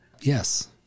Yes